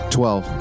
Twelve